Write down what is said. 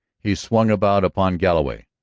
he swung about upon galloway.